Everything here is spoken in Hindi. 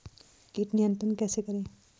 कीट नियंत्रण कैसे करें?